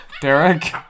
Derek